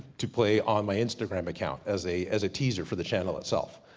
to play on my instagram account, as a as a teaser for the channel itself.